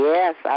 Yes